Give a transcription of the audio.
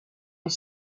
est